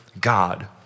God